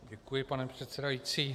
Děkuji, pane předsedající.